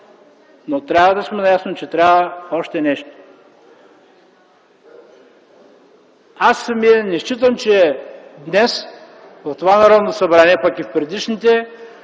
но трябва да сме наясно, че трябва още нещо. Аз самият не считам, че днес в това Народно събрание, а пък и в предишните,